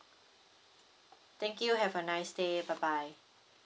thank you have a nice day bye bye